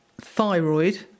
thyroid